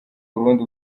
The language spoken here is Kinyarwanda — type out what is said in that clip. burundi